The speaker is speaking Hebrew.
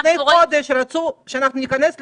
כי כאשר לפני חודש רצו שניכנס לסגר,